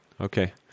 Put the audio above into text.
Okay